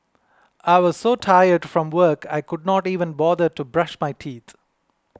I was so tired from work I could not even bother to brush my teeth